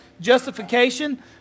justification